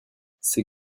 ces